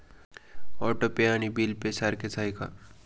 Auto pay आणि bill pay सारखेच आहे का?